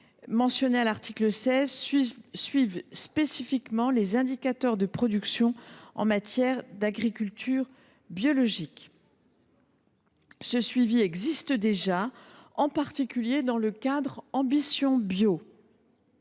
mentionné à l’article 16 suive spécifiquement les indicateurs de production en matière d’agriculture biologique. Ce suivi existe déjà, en particulier dans le cadre du programme